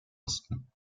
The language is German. osten